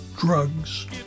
drugs